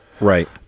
right